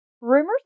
Rumors